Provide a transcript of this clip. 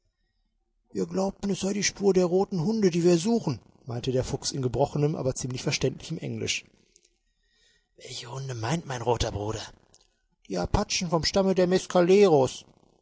wir glaubten es sei die spur der roten hunde die wir suchen meinte der fuchs in gebrochenem aber ziemlich verständlichem englisch welche hunde meint mein roter bruder die apachen vom stamme der